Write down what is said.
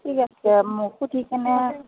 ঠিক আছে মোক সুধিকেনে